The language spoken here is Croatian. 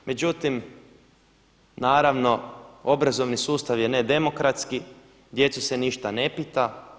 Međutim naravno obrazovni sustav je nedemokratski, djecu se ništa ne pita.